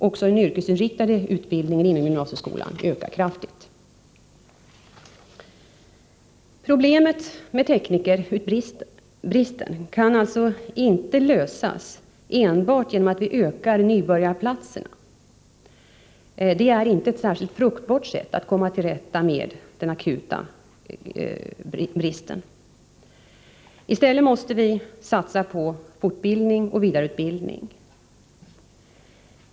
Också den yrkesinriktade utbildningen inom gymnasieskolan ökar kraftigt. Problemet med teknikerbristen kan alltså inte lösas enbart genom att vi ökar antalet nybörjarplatser. Det är inte ett särskilt fruktbärande sätt att komma till rätta med den akuta bristen. I stället måste vi satsa på fortbildning och vidareutbildning.